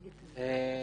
בבקשה,